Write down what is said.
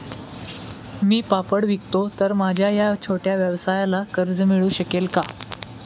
मी पापड विकतो तर माझ्या या छोट्या व्यवसायाला कर्ज मिळू शकेल का?